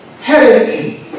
heresy